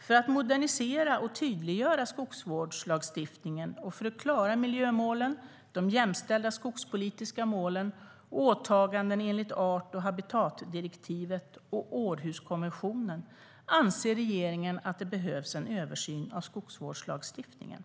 För att modernisera och tydliggöra skogsvårdslagstigningen och för att klara miljömålen, de jämställda skogspolitiska målen och åtaganden enligt art och habitatdirektivet och Århuskonventionen anser regeringen att det behövs en översyn av skogsvårdslagstiftningen.